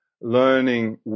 learning